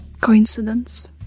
Coincidence